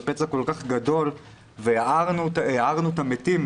בפצע כל כך גדול והערנו את המתים,